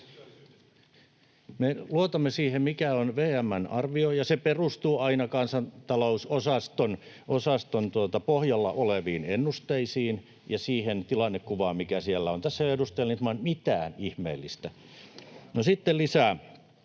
Me luotamme siihen, mikä on VM:n arvio, ja se perustuu aina kansantalousosaston pohjalla oleviin ennusteisiin ja siihen tilannekuvaan, mikä siellä on. Tässä ei ole, edustaja Lindtman, mitään ihmeellistä. No, sitten lisää.